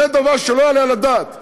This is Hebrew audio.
זה דבר שלא יעלה על הדעת,